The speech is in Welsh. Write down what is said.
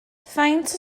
faint